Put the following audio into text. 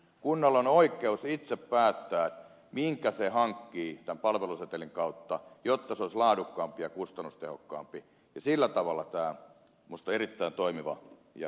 kunnalla on oikeus itse päättää minkä se hankkii tämän palvelusetelin kautta jotta se olisi laadukkaampi ja kustannustehokkaampi ja sillä tavalla tämä on minusta erittäin toimiva ja hyvä malli